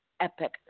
epic